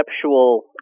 conceptual